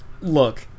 Look